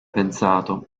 pensato